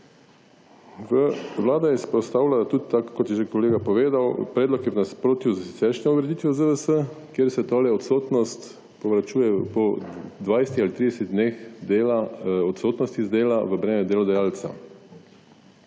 Vlada je izpostavila tudi, tako kot je že kolega povedal, predlog je v nasprotju s siceršnjo ureditvi ZZS, kje se to odsotnost po 20 ali 30 dneh odsotnosti z dele v breme delodajalca.